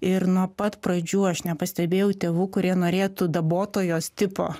ir nuo pat pradžių aš nepastebėjau tėvų kurie norėtų dabotojos tipo